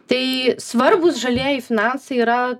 tai svarbūs žalieji finansai yra